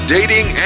Dating